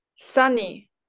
sunny